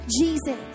Jesus